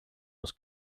was